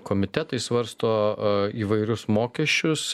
komitetai svarsto įvairius mokesčius